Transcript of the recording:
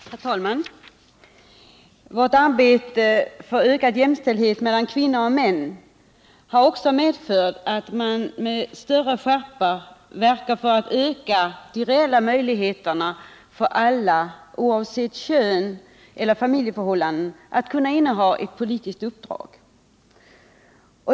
Herr talman! Vårt arbete för ökad jämställdhet mellan kvinnor och män har också medfört att man med större skärpa verkar för att öka de reella möjligheterna för alla oavsett kön eller familjeförhållanden att inneha politiska uppdrag.